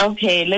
Okay